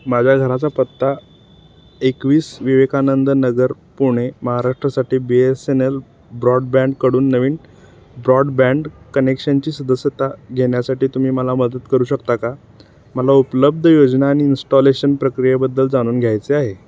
माझ्या घराचा पत्ता एकवीस विवेकानंद नगर पुणे महाराष्ट्रसाठी बी एस एन एल ब्रॉडबँडकडून नवीन ब्रॉडबँड कनेक्शनची सदस्यता घेण्यासाठी तुम्ही मला मदत करू शकता का मला उपलब्ध योजना आणि इन्स्टॉलेशन प्रक्रियेबद्दल जाणून घ्यायचे आहे